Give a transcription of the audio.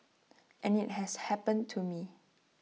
and IT has happened to me